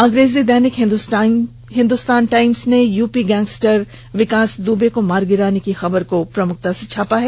अंग्रेजी दैनिक हिंदुस्तान टाइम्स ने यूपी गैंगस्टर विकास दुबे को मार गिराने की खबर को प्रमुखता से छापा है